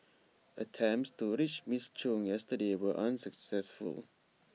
attempts to reach Ms chung yesterday were unsuccessful